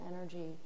energy